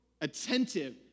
attentive